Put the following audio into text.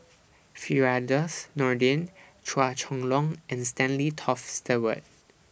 Firdaus Nordin Chua Chong Long and Stanley Toft Stewart